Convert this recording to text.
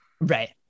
Right